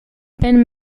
ben